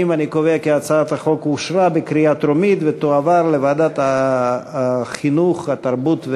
ההצעה להעביר את הצעת חוק צער בעלי-חיים (הגנה על בעלי-חיים) (תיקון,